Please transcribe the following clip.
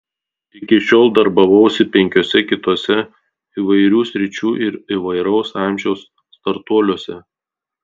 iki šiol darbavausi penkiuose kituose įvairių sričių ir įvairaus amžiaus startuoliuose